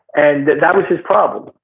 and that was his problem.